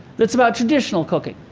that's about traditional cooking.